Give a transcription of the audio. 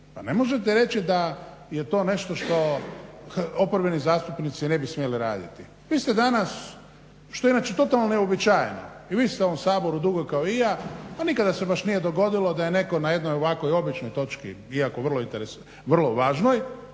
Pa ne možete reći da je to nešto što oporbeni zastupnici ne bi smjeli raditi? Vi ste danas, što je inače totalno neuobičajeno, i vi ste u ovom Saboru dugo kao i ja, pa nikada se baš nije dogodilo da je neko na jednoj ovakvoj točki iako vrlo važnoj,